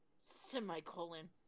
Semicolon